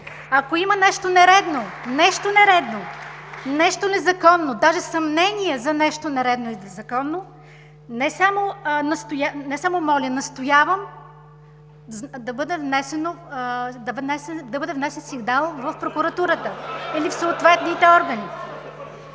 Ако има нещо нередно, нещо незаконно, даже съмнение за нещо нередно или незаконно, не само моля, а настоявам да бъде внесен сигнал в Прокуратурата или в съответните органи.